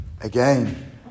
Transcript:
again